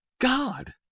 God